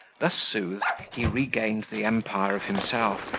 thus soothed, he regained the empire of himself,